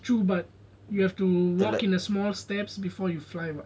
true but you have to walk in a small steps before you fly [what]